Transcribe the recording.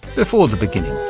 before the beginning.